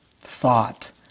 thought